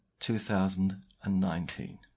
2019